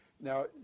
now